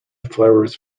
flowers